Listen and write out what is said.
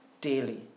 daily